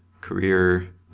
career